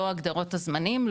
לא הגדרות הזמנים,